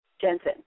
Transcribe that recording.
Jensen